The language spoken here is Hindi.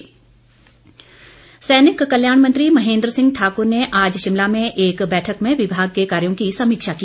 महेंद्र सिंह सैनिक कल्याण मंत्री महेंद्र सिंह ठाकुर ने आज शिमला में एक बैठक में विभाग के कार्यों की समीक्षा की